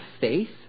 faith